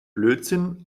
blödsinn